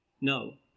No